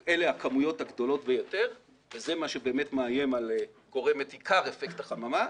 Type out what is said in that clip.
כי אלה הכמויות הגדולות ביותר וזה מה שבאמת גורם את עיקר אפקט החממה,